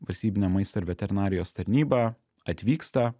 valstybinė maisto ir veterinarijos tarnyba atvyksta